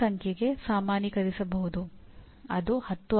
ಈ ಸಾಮರ್ಥ್ಯಗಳನ್ನು ಪಿಒಗಳು ಅರ್ಥದಲ್ಲಿ ಹೇಳಲಾಗಿದೆ